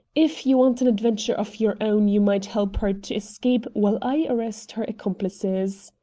if you want an adventure of your own, you might help her to escape while i arrest her accomplices.